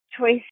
Choice